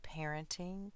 parenting